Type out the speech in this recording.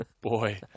boy